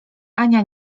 ania